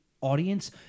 audience